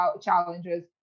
challenges